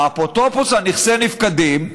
האפוטרופוס על נכסי נפקדים,